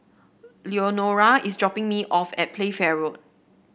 Leonora is dropping me off at Playfair Road